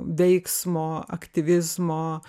veiksmo aktyvizmo